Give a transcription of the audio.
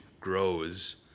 grows